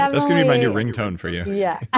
um this could be my new ringtone for you. yeah. i